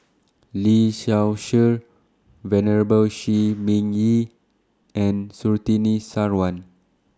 Lee Seow Ser Venerable Shi Ming Yi and Surtini Sarwan